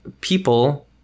people